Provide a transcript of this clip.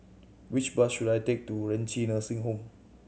which bus should I take to Renci Nursing Home